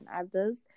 others